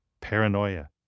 paranoia